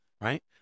right